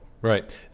right